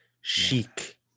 Chic